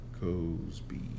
Cosby